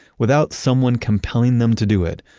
without someone compelling them to do it,